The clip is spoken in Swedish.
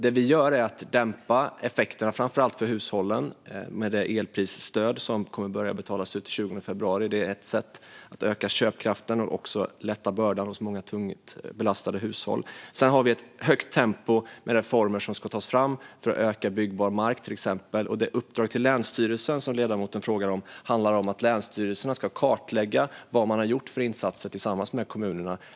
Det som vi gör är att dämpa effekterna, framför allt för hushållen, med det elprisstöd som kommer att börja betalas ut den 20 februari. Det är ett sätt att öka köpkraften och lätta bördan för många tungt belastade hushåll. Sedan har vi ett högt tempo med reformer som ska tas fram för att till exempel öka byggbar mark. Och det uppdrag till länsstyrelserna, som ledamoten frågar om, handlar om att länsstyrelserna ska kartlägga vad de har gjort för insatser tillsammans med kommunerna.